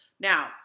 Now